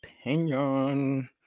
opinion